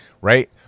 right